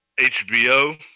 HBO